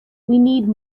need